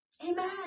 Amen